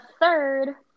third